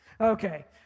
Okay